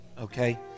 okay